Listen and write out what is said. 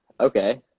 Okay